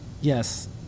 Yes